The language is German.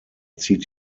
zieht